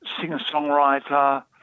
singer-songwriter